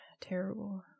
terrible